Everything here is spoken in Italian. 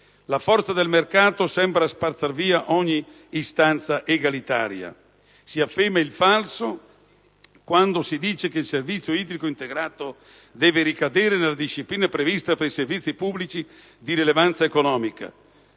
La forza del mercato sembra spazzar via ogni istanza egualitarista. Si afferma il falso quando si dice che il servizio idrico integrato deve ricadere nella disciplina prevista per i servizi pubblici di rilevanza economica.